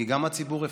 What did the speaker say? כי גם הציבור הפנים: